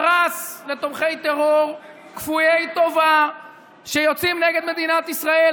פרס לתומכי טרור כפויי טובה שיוצאים נגד מדינת ישראל,